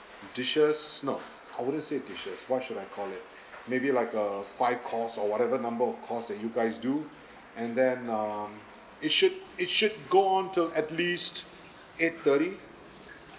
dishes no I wouldn't say dishes what should I call it maybe like a five course or whatever the number of course that you guys do and then um it should it should go on till at least eight thirty